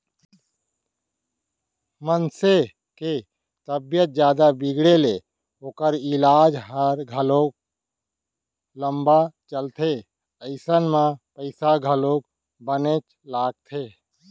मनसे के तबीयत जादा बिगड़े ले ओकर ईलाज ह घलौ लंबा चलथे अइसन म पइसा घलौ बनेच लागथे